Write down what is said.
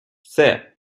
все